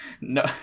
No